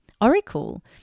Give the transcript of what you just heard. Oracle